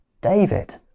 David